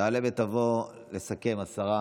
תעלה ותבוא לסכם השרה